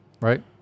Right